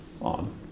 on